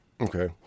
Okay